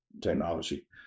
technology